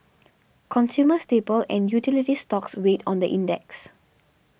consumer staple and utility stocks weighed on the index